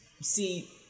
See